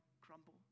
crumble